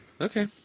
Okay